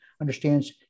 understands